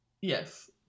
Yes